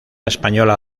española